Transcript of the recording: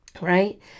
Right